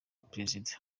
perezida